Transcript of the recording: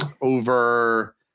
over